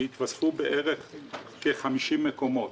יתווספו עד אז כ-50 מקומות.